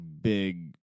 big